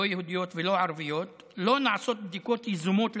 יהודיות וערביות, לא נעשות בדיקות יזומות למבנים,